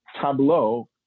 Tableau